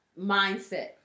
mindset